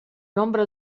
nombre